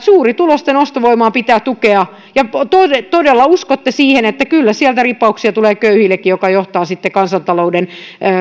että suurituloisten ostovoimaa pitää tukea ja todella uskotte siihen että kyllä sieltä ripauksia tulee köyhillekin mikä johtaa sitten kansantalouden